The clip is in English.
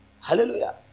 Hallelujah